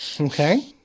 Okay